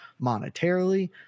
monetarily